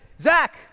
Zach